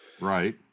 Right